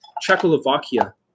Czechoslovakia